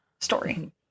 story